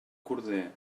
corder